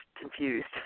confused